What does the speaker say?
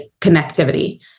Connectivity